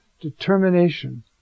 determination